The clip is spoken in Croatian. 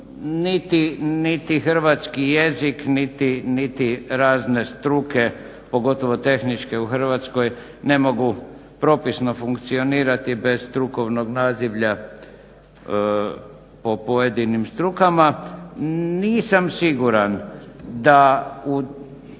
Niti hrvatski jezik niti razne struke pogotovo tehničke u Hrvatskoj ne mogu propisno funkcionirati bez strukovnog nazivlja o pojedinim strukama. Nisam siguran da